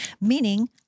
meaning